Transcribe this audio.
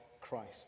Christ